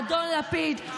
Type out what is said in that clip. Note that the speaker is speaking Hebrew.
אדון לפיד,